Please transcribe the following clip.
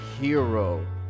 Hero